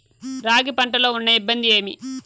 రాగి పంటలో ఉన్న ఇబ్బంది ఏమి?